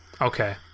Okay